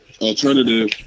alternative